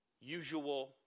usual